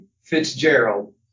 Fitzgerald